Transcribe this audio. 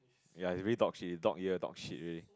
ya is very dog shit dog year dog shit already